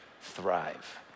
thrive